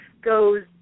goes